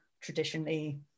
traditionally